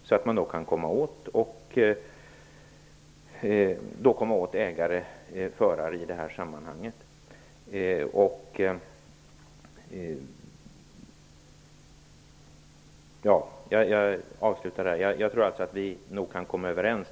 Därigenom kan man komma åt ägare och förare. Jag tror att vi kan komma överens.